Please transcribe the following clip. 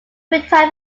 retiring